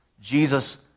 Jesus